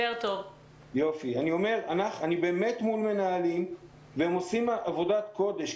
אני אומר שאני באמת מול מנהלים והם עושים עבודת קודש.